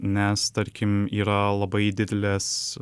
nes tarkim yra labai didelės